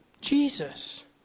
Jesus